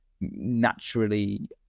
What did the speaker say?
Naturally